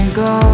go